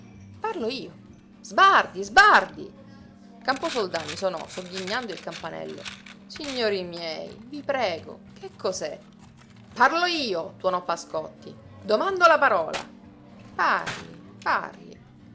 parlo io sbardi sbardi camposoldani sonò sogghignando il campanello signori miei vi prego che cos'è parlo io tuonò pascotti domando la parola parli parli